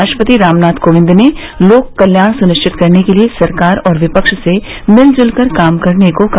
राष्ट्रपति रामनाथ कोविंद ने लोक कल्याण सुनिश्चित करने के लिए सरकार और विपक्ष से मिल जुलकर काम करने को कहा